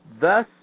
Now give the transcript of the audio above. Thus